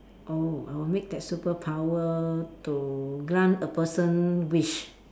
oh I'll make that superpower to grant a person wish